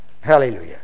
Hallelujah